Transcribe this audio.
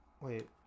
wait